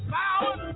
Power